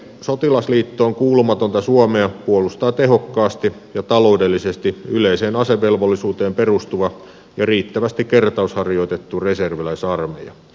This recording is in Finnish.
sotilasliittoon kuulumatonta suomea puolustaa tehokkaasti ja taloudellisesti yleiseen asevelvollisuuteen perustuva ja riittävästi kertausharjoitettu reserviläisarmeija